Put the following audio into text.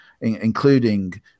including